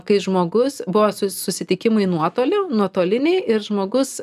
kai žmogus buvo su susitikimui nuotoliu nuotolinį ir žmogus